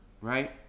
right